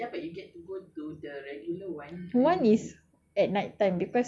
one is at night time because masa tu is like a charity event